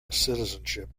citizenship